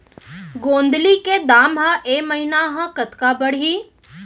गोंदली के दाम ह ऐ महीना ह कतका बढ़ही?